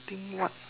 think what